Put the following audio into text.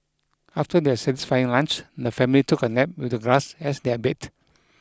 after their satisfying lunch the family took a nap with the grass as their bed